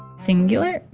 cingular?